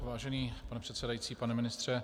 Vážený pane předsedající, pane ministře.